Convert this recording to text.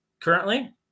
currently